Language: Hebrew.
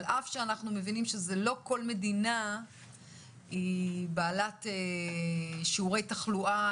על אף שאנחנו מבינים שלא כל מדינה היא בעלת שיעורי תחלואה,